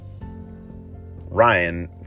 Ryan